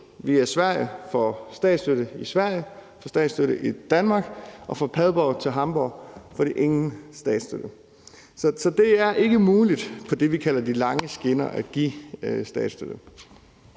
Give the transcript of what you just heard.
via Sverige får statsstøtte i Sverige, får statsstøtte i Danmark, og fra Padborg til Hamborg får de ingen statsstøtte. Så det er ikke muligt på det, vi kalder de lange skinner, at give statsstøtte.